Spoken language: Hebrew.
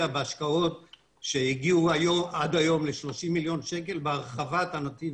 בהשקעות שהגיעו עד היום ל-30 מיליון שקלים בהרחבת הנתיב